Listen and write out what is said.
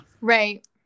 Right